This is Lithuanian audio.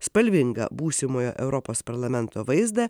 spalvingą būsimojo europos parlamento vaizdą